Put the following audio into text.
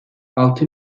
altı